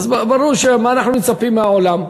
אז מה אנחנו מצפים מהעולם?